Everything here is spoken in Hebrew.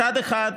מצד אחד,